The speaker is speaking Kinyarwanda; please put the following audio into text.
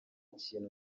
kintu